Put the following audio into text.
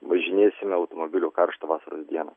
važinėsime automobiliu karštą vasaros dieną